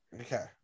Okay